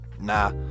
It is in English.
Nah